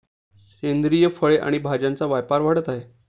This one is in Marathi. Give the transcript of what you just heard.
सेंद्रिय फळे आणि भाज्यांचा व्यापार वाढत आहे